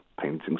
paintings